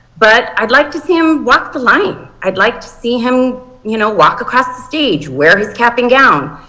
but i would like to see him walk the line. i would like to see him you know walk across the stage. where his cap and gown.